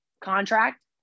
contract